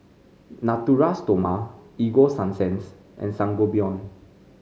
Natura Stoma Ego Sunsense and Sangobion